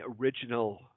original